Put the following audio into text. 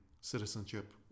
citizenship